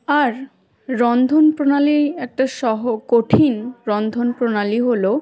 আর রন্ধন প্রণালী একটা সহ কঠিন রন্ধন প্রণালী হল